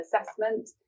assessment